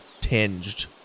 tinged